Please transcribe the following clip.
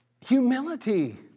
humility